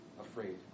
afraid